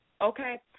Okay